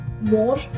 more